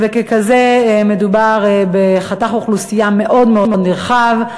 ומדובר בחתך אוכלוסייה מאוד מאוד נרחב,